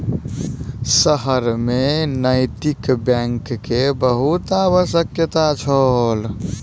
शहर में नैतिक बैंक के बहुत आवश्यकता छल